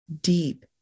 deep